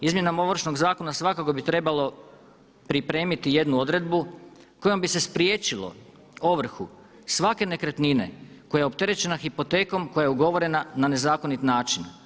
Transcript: Izmjenama Ovršnog zakona svakako bi trebalo pripremiti jednu odredbu kojom bi se spriječili ovrhu svake nekretnine koja je opterećena hipotekom koja je ugovorena na nezakonit način.